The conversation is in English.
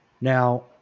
Now